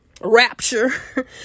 rapture